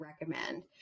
recommend